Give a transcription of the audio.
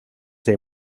say